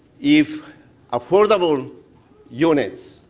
if affordable units,